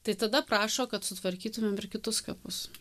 tai tada prašo kad sutvarkytumėm ir kitus kapus